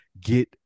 get